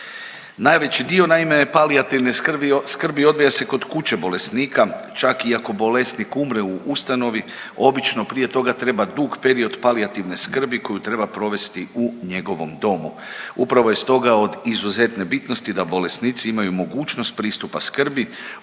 Najveći dio naime palijativne skrbi odvija se kod kuće bolesnika, čak i ako bolesnik umre u ustanovi obično prije toga treba dug period palijativne skrbi koju treba provesti u njegovom domu. Upravo je stoga od izuzetne bitnosti da bolesnici imaju mogućnost pristupa skrbi